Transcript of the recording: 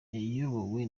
yayobowe